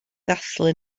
ddathlu